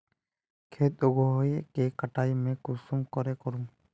खेत उगोहो के कटाई में कुंसम करे करूम?